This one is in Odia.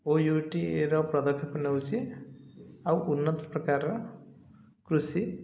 ଓ ୟୁ ଏ ଟି ଏଇଟା ପଦକ୍ଷେପ ନେଉଛି ଆଉ ଉନ୍ନତ ପ୍ରକାରର କୃଷି